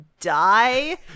die